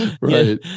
Right